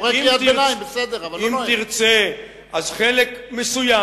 אז חלק מסוים,